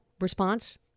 response